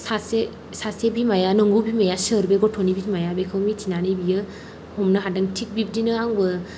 सासे सासे बिमाया नंगौ बिमाया सोर बे गथ'नि बिमाया बेखौ मिथिनानै बेयो हमनो हादों थिग बिबदिनो बियो